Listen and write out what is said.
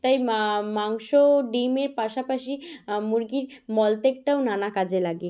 তাই মা মাংস ডিমের পাশাপাশি মুরগির মলত্যাগটাও নানা কাজে লাগে